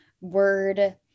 word